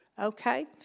Okay